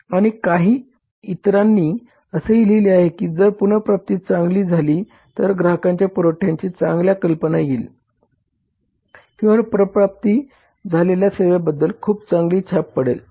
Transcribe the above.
आणि काही इतरांनी असेही लिहिले आहे की जर पुनर्प्राप्ती चांगली झाली तर ग्राहकांच्या पुरवठ्याची चांगली कल्पना येईल किंवा पुनर्प्राप्त झालेल्या सेवेबद्दल खूप चांगली छाप पडेल